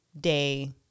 day